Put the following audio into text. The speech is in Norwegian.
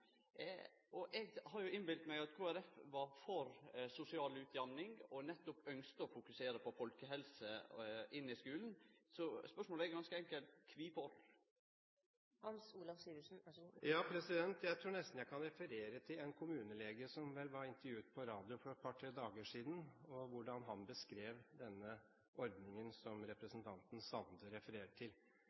fjerne. Eg har innbilt meg at Kristeleg Folkeparti var for sosial utjamning og nettopp ynskte å fokusere på folkehelse i skulen. Spørsmålet er ganske enkelt: Kvifor? Jeg tror nesten jeg kan referere til en kommunelege som ble intervjuet på radio for et par–tre dager siden, og hvordan han beskrev denne ordningen som representanten Sande refererer til: